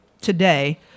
today